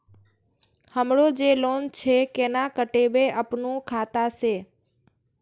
हमरो जे लोन छे केना कटेबे अपनो खाता से?